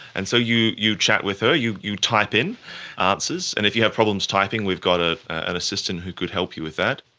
and so you you chat with her, you you type in answers, and if you have problems typing we've got ah an assistant who could help you with that.